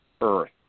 earth